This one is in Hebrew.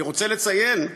אני רוצה לציין,